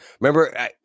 remember